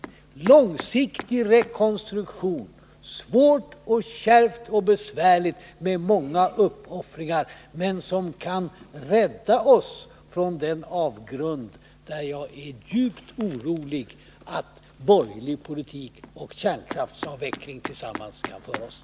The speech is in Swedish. Det behövs en långsiktig rekonstruktion, svår och kärv och besvärlig med många uppoffringar, men som kan rädda oss från den avgrund som jag är djupt orolig för att borgerlig politik och kärnkraftsavveckling tillsammans kan föra oss i.